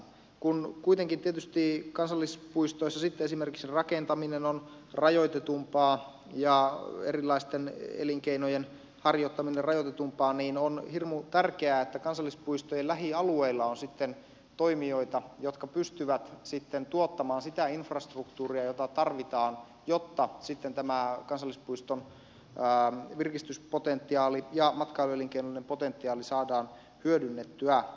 kun kuitenkin tietysti kansallispuistoissa sitten esimerkiksi rakentaminen on rajoitetumpaa ja erilaisten elinkeinojen harjoittaminen on rajoitetumpaa niin on hirmu tärkeää että kansallispuistojen lähialueilla on sitten toimijoita jotka pystyvät sitten tuottamaan sitä infrastruktuuria jota tarvitaan jotta sitten tämä kansallispuiston virkistyspotentiaali ja matkailuelinkeinollinen potentiaali saadaan hyödynnettyä